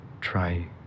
Try